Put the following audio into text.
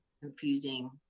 confusing